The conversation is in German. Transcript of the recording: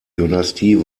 dynastie